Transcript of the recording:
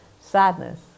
sadness